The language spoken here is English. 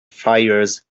fires